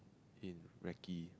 in Recky